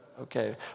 Okay